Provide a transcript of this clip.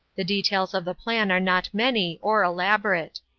the details of the plan are not many or elaborate.